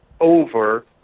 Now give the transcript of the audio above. over